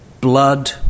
blood